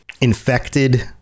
infected